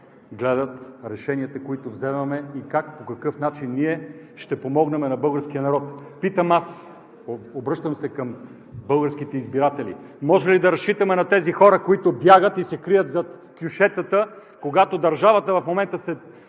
гледат решенията, които вземаме, и как, по какъв начин ще помогнем на българския народ. Питам аз, обръщам се към българските избиратели: може ли да разчитаме на тези хора, които бягат и се крият зад кьошетата, когато държавата в момента се